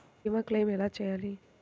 భీమ క్లెయిం ఎలా చేయాలి?